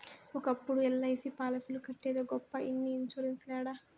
ఒకప్పుడు ఎల్.ఐ.సి పాలసీలు కట్టేదే గొప్ప ఇన్ని ఇన్సూరెన్స్ లేడ